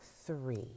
three